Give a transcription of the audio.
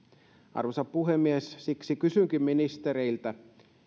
arvoisa puhemies siksi kysynkin ministereiltä